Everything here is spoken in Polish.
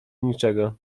niczego